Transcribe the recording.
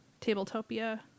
tabletopia